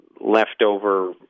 leftover